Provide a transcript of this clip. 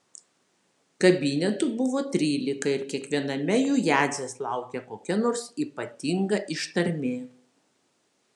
kabinetų buvo trylika ir kiekviename jų jadzės laukė kokia nors ypatinga ištarmė